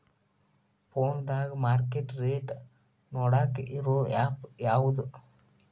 ಫೋನದಾಗ market rate ನೋಡಾಕ್ ಇರು ಆ್ಯಪ್ ಯಾವದು?